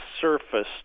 surface